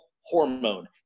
hormone